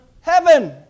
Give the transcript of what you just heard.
Heaven